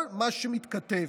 כל מה שמתכתב,